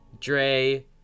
Dre